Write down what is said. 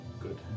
Good